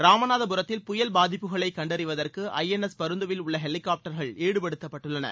ராமநாதபுரத்தில் புயல் பாதிப்புகளை கண்டறிவதற்கு ஐஎன்எஸ் பருந்துவில் உள்ள ஹெலிகாப்டர்கள் ஈடுபடுத்தப்பட்டுள்ளன